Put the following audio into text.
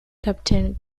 captain